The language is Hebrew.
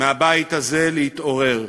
מהבית הזה להתעורר,